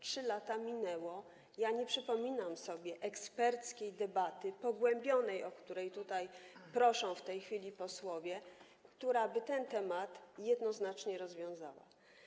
3 lata minęły, a ja nie przypominam sobie eksperckiej debaty, pogłębionej, o którą tutaj proszą w tej chwili posłowie, która by ten problem jednoznacznie rozwiązała.